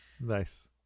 Nice